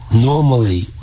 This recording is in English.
normally